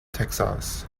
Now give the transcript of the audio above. texas